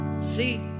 see